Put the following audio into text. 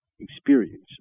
experience